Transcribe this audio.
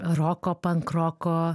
roko pankroko